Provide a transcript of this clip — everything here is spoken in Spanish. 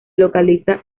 localiza